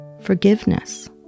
Forgiveness